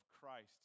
Christ